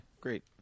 great